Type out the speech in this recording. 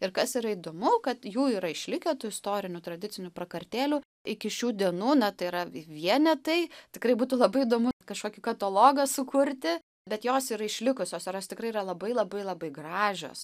ir kas yra įdomu kad jų yra išlikę tų istorinių tradicinių prakartėlių iki šių dienų na tai yra vienetai tikrai būtų labai įdomu kažkokį katalogą sukurti bet jos yra išlikusios ir jos tikrai yra labai labai labai gražios